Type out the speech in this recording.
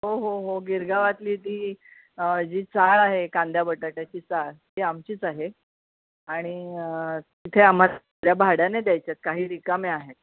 हो हो हो गिरगावातली ती जी चाळ आहे कांद्याबटाट्याची चाळ ती आमचीच आहे आणि तिथे आम्हास भाड्याने द्यायच्यात काही रिकाम्या आहेत